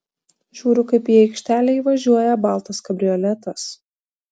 žiūriu kaip į aikštelę įvažiuoja baltas kabrioletas